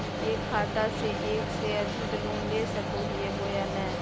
एक खाता से एक से अधिक लोन ले सको हियय बोया नय?